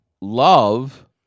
love